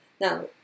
now